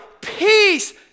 peace